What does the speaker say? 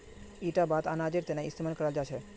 इटा बात अनाजेर तने इस्तेमाल कराल जा छे